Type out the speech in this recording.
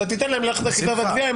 אתה תיתן להם ללכת לאכיפה והגבייה,